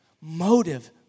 Motive